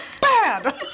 Bad